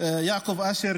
יעקב אשר,